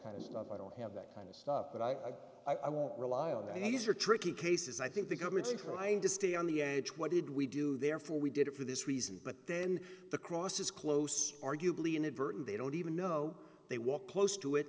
kind of stuff i don't have that kind of stuff but i i won't rely on that these are tricky cases i think the government's in trying to stay on the edge what did we do therefore we did it for this reason but then the cross is close arguably inadvertent they don't even know they walked close to it